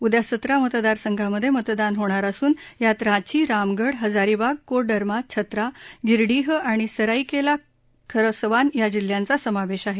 उद्या सतरा मतदारसंघांमध्ये मतदान होणार असून यात रांची रामगढ हजारीबाग कोडरमा छत्रा गिरडीह आणि सराईकेला खरसवान या जिल्ह्यांचा समावेश आहे